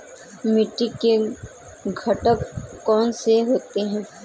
मिट्टी के घटक कौन से होते हैं?